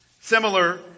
Similar